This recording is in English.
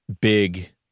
big